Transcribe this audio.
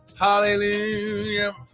Hallelujah